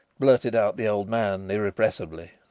blurted out the old man irrepressibly.